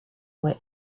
were